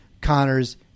Connors